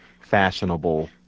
fashionable